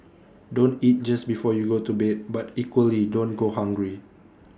don't eat just before you go to bed but equally don't go hungry